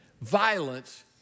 violence